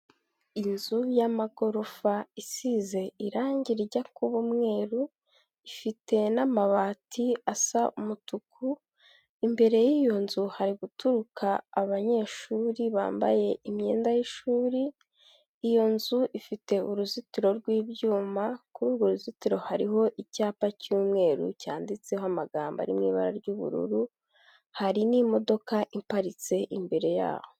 Inzu y'amagorofa isize irangi rijya kuba umweru, ifite n'amabati asa umutuku, imbere y'iyo nzu hari guturuka abanyeshuri bambaye imyenda y'ishuri, iyo nzu ifite uruzitiro rw'Ibyuma, kuri urwo ruzitiro hariho icyapa cy'umweru cyanditseho amagambo ari mu ibara ry'ubururu, hari n'imodoka iparitse imbere yaho.